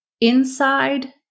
inside